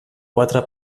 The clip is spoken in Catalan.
quatre